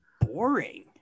boring